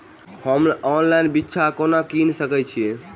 हम ऑनलाइन बिच्चा कोना किनि सके छी?